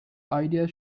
ideas